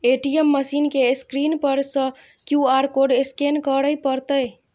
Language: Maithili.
ए.टी.एम मशीन के स्क्रीन पर सं क्यू.आर कोड स्कैन करय पड़तै